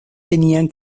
tenían